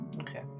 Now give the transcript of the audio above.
Okay